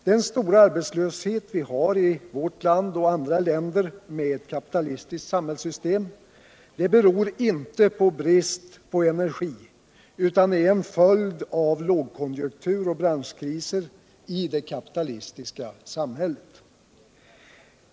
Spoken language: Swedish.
Den stora arbetslösheten i vårt land och andra länder med ett kapitalistiskt samhällssystem beror inte på brist på energi utan är en följd av lågkonjunktur och branschkriser i det kapitalistiska samhället.